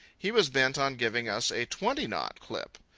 he was bent on giving us a twenty-knot clip.